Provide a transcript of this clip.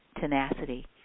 tenacity